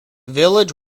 village